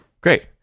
Great